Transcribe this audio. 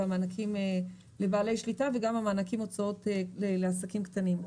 המענקים לבעלי שליטה והמענקים להוצאות עסקים קטנים.